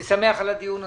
אני שמח על הדיון הזה.